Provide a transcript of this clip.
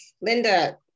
Linda